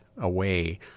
away